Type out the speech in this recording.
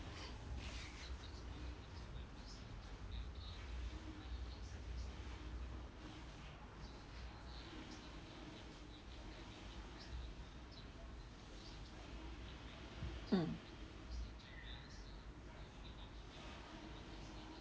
mm